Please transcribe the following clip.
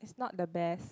is not the best